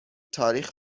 تاریخ